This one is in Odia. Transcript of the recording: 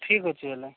ଠିକ୍ ଅଛି ହେଲା